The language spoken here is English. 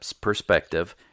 perspective